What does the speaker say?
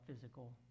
physical